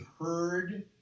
heard